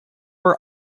are